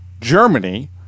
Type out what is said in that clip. germany